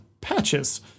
Patches